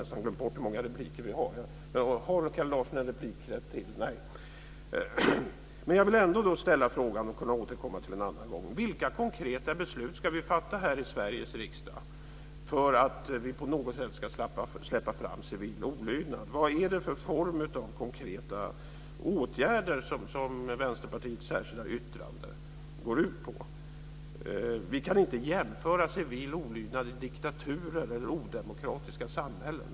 När det gäller civil olydnad skulle jag vilja ställa en fråga, trots att Kalle Larsson inte har någon replik kvar. Vi kan återkomma till den en annan gång. Vilka konkreta beslut ska vi fatta här i Sveriges riksdag för att vi på något sätt ska släppa fram civil olydnad? Vad är det för form av konkreta åtgärder som Vänsterpartiets särskilda yttrande går ut på? Vi kan inte jämföra med civil olydnad i diktaturer eller odemokratiska samhällen.